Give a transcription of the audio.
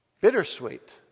bittersweet